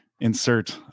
insert